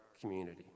community